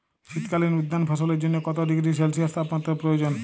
শীত কালীন উদ্যান ফসলের জন্য কত ডিগ্রী সেলসিয়াস তাপমাত্রা প্রয়োজন?